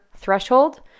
threshold